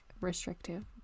restrictive